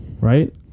right